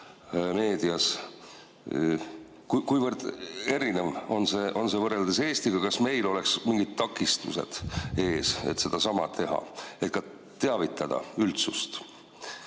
välja. Kuivõrd erinev on see võrreldes Eestiga? Kas meil on mingid takistused ees, et sedasama teha, teavitada üldsust